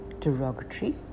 derogatory